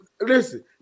listen